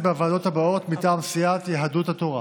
בוועדות הבאות מטעם סיעת יהדות התורה: